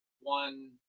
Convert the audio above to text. one